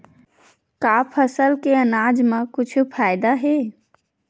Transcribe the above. का फसल से आनाज मा कुछु फ़ायदा हे?